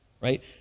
right